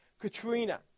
Katrina